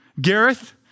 Gareth